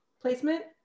placement